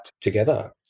together